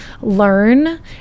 learn